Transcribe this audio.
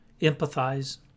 empathize